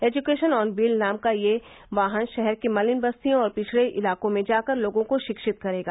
education on wheel नाम का यह वाहन शहर की मलिन बस्तियों और पिछड़े इलाकों में जाकर लोगों को शिक्षित करेगा